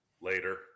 later